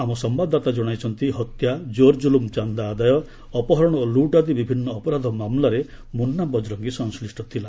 ଆମ ସମ୍ଭାଦଦାତା ଜଣାଇଛନ୍ତି ହତ୍ୟା ଜୋରଜୁଲୁମ୍ ଚାନ୍ଦା ଆଦାୟ ଅପହରଣ ଓ ଲୁଟ୍ ଆଦି ବିଭିନ୍ନ ଅପରାଧି ମାମଲାରେ ମୁନ୍ନା ବଜରଙ୍ଗୀ ସଂଶ୍ଳିଷ୍ଟ ଥିଲା